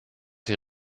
die